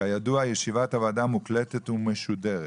כידוע ישיבת העבודה מוקלטת ומשודרת